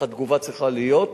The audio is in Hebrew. איך התגובה צריכה להיות.